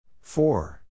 four